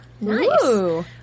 Nice